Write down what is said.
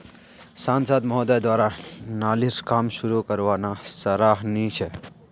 सांसद महोदय द्वारा नालीर काम शुरू करवाना सराहनीय छ